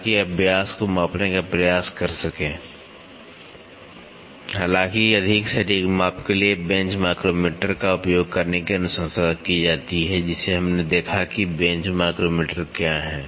ताकि आप व्यास को मापने का प्रयास कर सकें हालांकि अधिक सटीक माप के लिए बेंच माइक्रोमीटर का उपयोग करने की अनुशंसा की जाती है जिसे हमने देखा कि बेंच माइक्रोमीटर क्या है